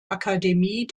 akademie